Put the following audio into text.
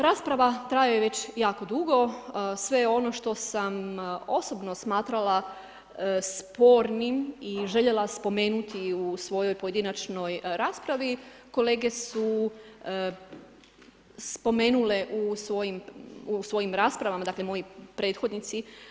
Rasprava traje već jako dugo, sve ono što sam osobno smatrala spornim i željela spomenuti u svojoj pojedinačnoj raspravi kolege su spomenule u svojim raspravama, dakle, moji prethodnici.